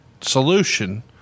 solution